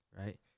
right